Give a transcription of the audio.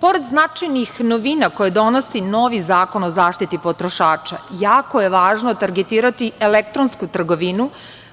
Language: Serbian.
Pored značajnih novina koje donosi novi Zakon o zaštiti potrošača, jako je važno targetirati elektronsku trgovinu,